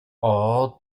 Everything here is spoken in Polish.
ooo